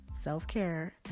self-care